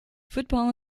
football